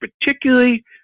particularly